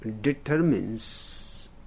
determines